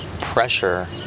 pressure